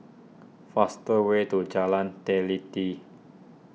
fast way to Jalan Teliti